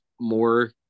more